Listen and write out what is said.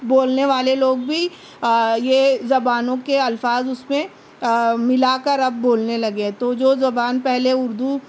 بولنے والے لوگ بھی یہ زبانوں كے الفاظ اُس میں ملا كر اب بولنے لگے ہیں تو جو زبان پہلے اُردو